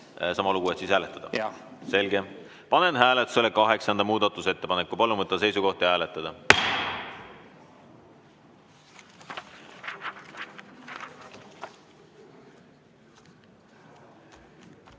Sama lugu, et siis hääletada? Jah. Selge. Panen hääletusele kaheksanda muudatusettepaneku. Palun võtta seisukoht ja hääletada!